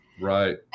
Right